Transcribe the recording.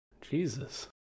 Jesus